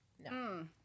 no